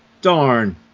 Darn